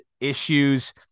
issues